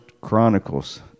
Chronicles